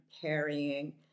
carrying